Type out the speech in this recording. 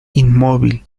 inmóvil